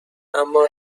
اما